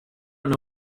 know